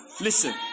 Listen